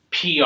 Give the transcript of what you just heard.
PR